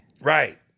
Right